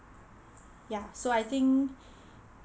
ya so I think